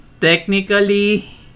technically